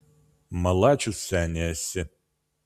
malačius seni esi